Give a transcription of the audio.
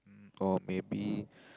got maybe